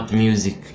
music